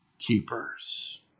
keepers